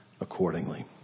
accordingly